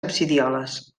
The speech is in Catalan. absidioles